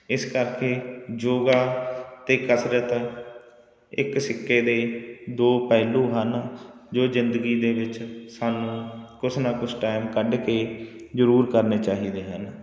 ਇਸ ਕਰਕੇ ਯੋਗਾ ਅਤੇ ਕਸਰਤ ਇੱਕ ਸਿੱਕੇ ਦੇ ਦੋ ਪਹਿਲੂ ਹਨ ਜੋ ਜ਼ਿੰਦਗੀ ਦੇ ਵਿੱਚ ਸਾਨੂੰ ਕੁਛ ਨਾ ਕੁਛ ਟਾਈਮ ਕੱਢ ਕੇ ਜ਼ਰੂਰ ਕਰਨੇ ਚਾਹੀਦੇ ਹਨ